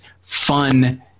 fun